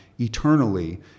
eternally